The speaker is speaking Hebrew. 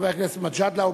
חבר הכנסת מג'אדלה.